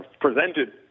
presented